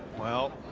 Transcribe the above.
well,